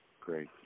Great